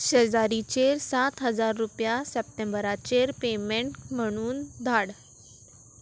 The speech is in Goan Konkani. शेजारीचेर सात हजार रुपया सप्टेंबराचेर पेमेंट म्हणून धाड